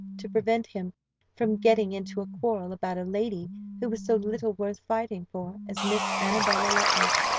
to prevent him from getting into a quarrel about a lady who was so little worth fighting for as miss annabella luttridge,